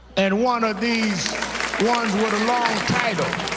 and one of these ones with a long title,